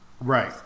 Right